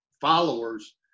followers